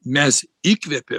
mes įkvepi